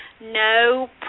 no